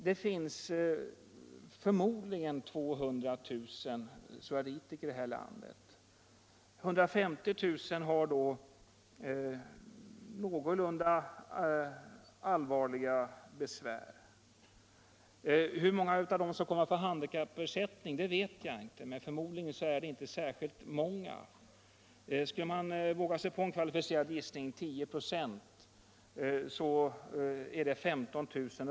Det finns förmodligen 200 000 psoriasissjuka här i landet, och av dem har kanske 150 000 relativt allvarliga besvär. Hur många av dem som kan få handikappersättning vet jag inte, men förmodligen är det inte något större antal. Om man skulle våga sig på en kvalificerad gissning kan man väl säga ungefär 10 96, dvs. 15 000.